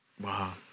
Wow